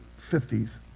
50s